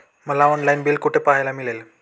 मला online bill कुठे पाहायला मिळेल?